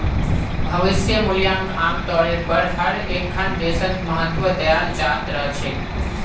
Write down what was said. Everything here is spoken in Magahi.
भविष्य मूल्यक आमतौरेर पर हर एकखन देशत महत्व दयाल जा त रह छेक